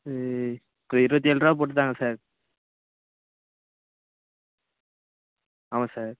இ க இருபத்தி ஏழு ரூபா போட்டு தாங்க சார் ஆமாம் சார்